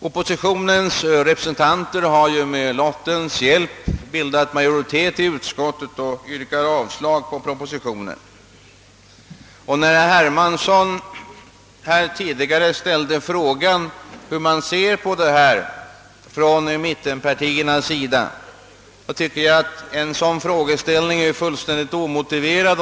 Oppositionens representanter har med lottens hjälp bildat majoritet i utskottet och yrkar avslag på propositionen. Herr Hermanssons fråga tidigare i dag om hur mittenpartierna ställer sig till detta spörsmål tycker jag är fullständigt omotiverad.